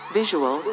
visual